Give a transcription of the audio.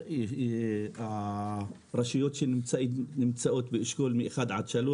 לרשויות שנמצאות באשכול מ-1-3,